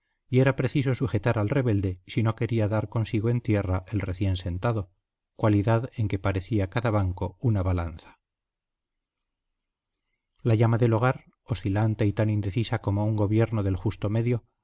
y era preciso sujetar al rebelde si no quería dar consigo en tierra el recién sentado cualidad en que parecía cada banco una balanza la llama del hogar oscilante y tan indecisa como un gobierno del justo medio